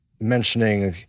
mentioning